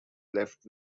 left